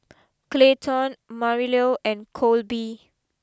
Clayton Marilou and Kolby